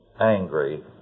angry